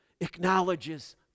acknowledges